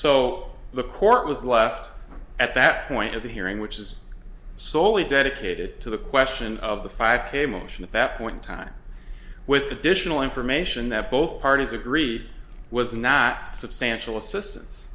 so the court was left at that point of the hearing which is soley dedicated to the question of the five k motion at that point in time with additional information that both parties agree was not substantial assistance